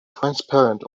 transparent